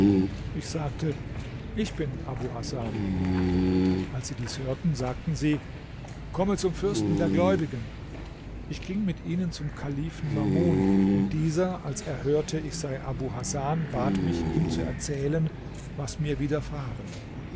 ich sagte ich bin abu hasan als sie dies hörten sagten sie komme zum fürsten der gläubigen ich ging mit ihnen zum kalifen mamun und dieser als er hörte ich sei abu hasan bat mich ihm zu erzählen was mir widerfahren